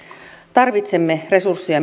tarvitsemme resursseja